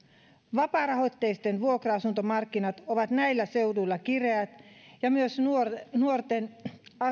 vapaarahoitteiset vuokra asuntomarkkinat ovat näillä seuduilla kireät ja myös nuorten nuorten